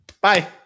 bye